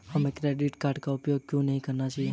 हमें credit card का उपयोग क्यों नहीं करना चाहिए?